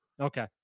Okay